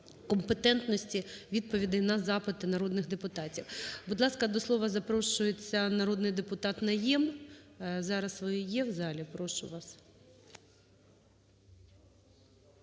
компетентності відповідей на запити народних депутатів. Будь ласка, до слова запрошується народний депутат Найєм. Зараз ви є в залі, прошу вас.